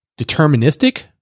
deterministic